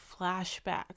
flashbacks